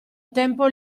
tempo